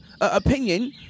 opinion